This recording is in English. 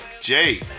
Jay